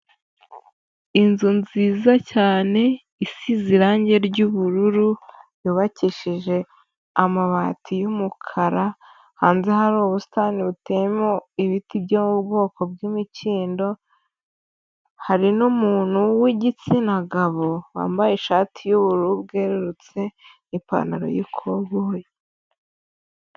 Inzu nziza cyane isize irange ry'ubururu yubakishije amabati y'umukara, hanze hari ubusitani buteyemo ibiti byo mu bwoko bw'imikindo, hari n'umuntu w'igitsina gabo wambaye ishati y'ubururu bwerurutse n'ipantaro y'ikoboyi.